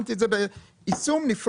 שמתי את זה ביישום נפרד,